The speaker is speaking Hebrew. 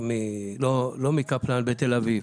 לא מקפלן בתל אביב.